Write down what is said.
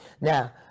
Now